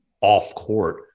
off-court